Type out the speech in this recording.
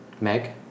Meg